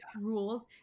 rules